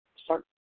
start